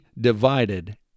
divided